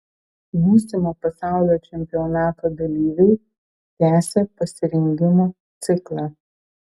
būsimo pasaulio čempionato dalyviai tęsią pasirengimo ciklą